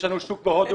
יש לנו שוק בהודו.